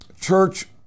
church